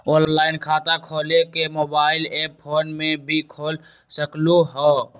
Online खाता खोले के मोबाइल ऐप फोन में भी खोल सकलहु ह?